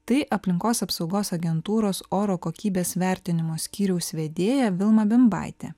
tai aplinkos apsaugos agentūros oro kokybės vertinimo skyriaus vedėja vilma bimbaitė